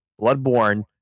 Bloodborne